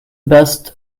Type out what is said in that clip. best